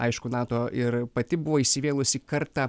aišku nato ir pati buvo įsivėlusi kartą